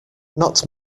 not